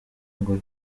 ngo